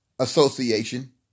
Association